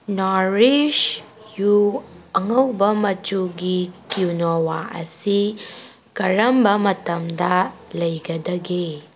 nourish ꯌꯨ ꯑꯉꯧꯕ ꯃꯆꯨꯒꯤ ꯀ꯭ꯌꯨꯅꯣꯋꯥ ꯑꯁꯤ ꯀꯔꯝꯕ ꯃꯇꯝꯗ ꯂꯩꯒꯗꯒꯦ